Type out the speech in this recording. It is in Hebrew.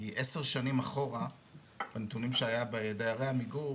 כי עשר שנים אחורה הנתונים שהיה בידי עמיגור,